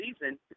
season